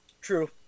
True